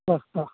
ആഹ് ആഹ്